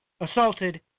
assaulted